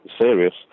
serious